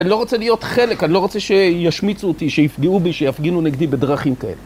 אני לא רוצה להיות חלק, אני לא רוצה שישמיצו אותי, שיפגעו בי, שיפגינו נגדי בדרכים כאלה.